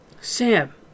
Sam